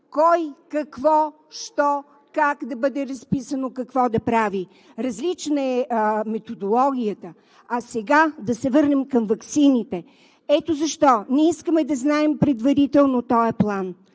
кой, какво, що, как да бъде разписано, какво да прави. Различна е методологията. А сега, да се върнем към ваксините. Ето защо ние искаме да знаем предварително този план,